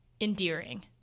endearing